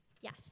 Yes